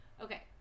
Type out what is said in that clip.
Okay